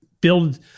build